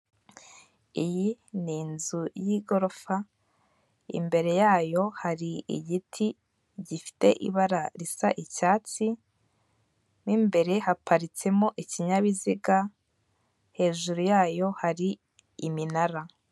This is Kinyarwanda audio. Iyi ni inzu y'igorofa imbere yayo hari igiti gifite ibara risa icyatsi, mu imbere haparitsemo ikinyabiziga hejuru yayo hari iminara.